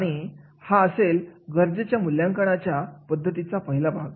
आणि हा असेल गरजेच्या मूल्यांकनाच्या पद्धतीचा पहिला भाग